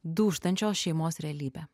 dūžtančios šeimos realybę